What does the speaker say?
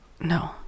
No